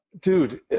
dude